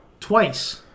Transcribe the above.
Twice